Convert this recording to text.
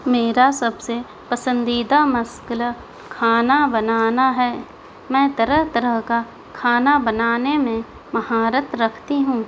میرا سب سے پسندیدہ مسٮٔلہ کھانا بنانا ہے میں طرح طرح کا کھانا بنانے میں مہارت رکھتی ہوں